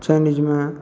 चाइनीजमे